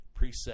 preset